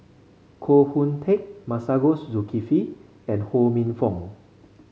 Koh Hoon Teck Masagos Zulkifli and Ho Minfong